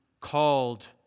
called